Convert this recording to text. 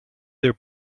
their